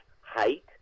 height